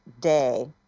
day